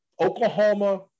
Oklahoma